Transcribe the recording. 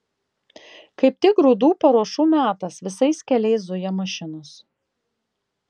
kaip tik grūdų paruošų metas visais keliais zuja mašinos